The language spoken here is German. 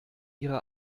ihre